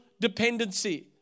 dependency